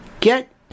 Get